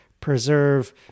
preserve